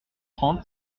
trente